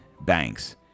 banks